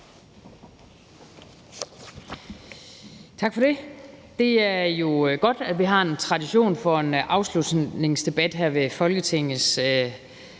Tak for det. Det er jo godt, at vi har en tradition for en afslutningsdebat her ved Folketingets